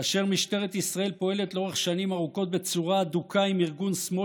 כאשר משטרת ישראל פועלת לאורך שנים ארוכות בצורה הדוקה עם ארגון שמאל